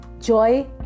Joy